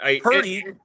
Purdy